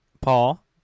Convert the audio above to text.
Paul